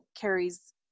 carries